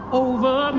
over